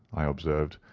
i observed,